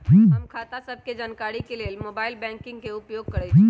हम खता सभके जानकारी के लेल मोबाइल बैंकिंग के उपयोग करइछी